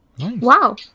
Wow